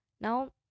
Now